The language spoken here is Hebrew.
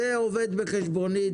זה עובד בחשבונית,